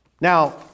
Now